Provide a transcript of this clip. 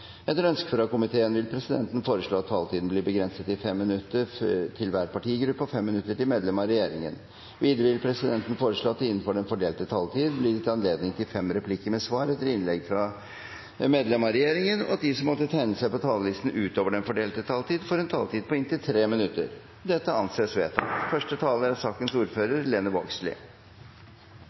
Etter ønske fra justiskomiteen vil presidenten foreslå at taletiden blir begrenset til 5 minutter til hver partigruppe og 5 minutter til medlem av regjeringen. Videre vil presidenten foreslå at det blir gitt anledning til tre replikker med svar etter innlegg fra medlem av regjeringen innenfor den fordelte taletid, og at de som måtte tegne seg på talerlisten utover den fordelte taletid, får en taletid på inntil 3 minutter. – Det anses vedtatt.